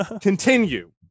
continue